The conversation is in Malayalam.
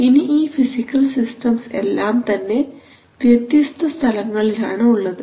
ഇനി ഈ ഫിസിക്കൽ സിസ്റ്റംസ് എല്ലാം തന്നെ വ്യത്യസ്ത സ്ഥലങ്ങളിലാണ് ഉള്ളത്